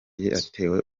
yatewe